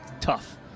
tough